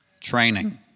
Training